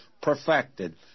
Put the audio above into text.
perfected